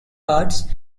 cards